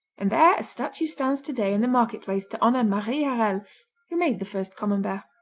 and there a statue stands today in the market place to honor marie harel who made the first camembert.